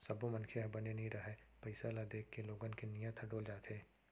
सब्बो मनखे ह बने नइ रहय, पइसा ल देखके लोगन के नियत ह डोल जाथे